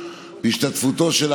אנחנו עוברים להסתייגות 2, לסעיף 1,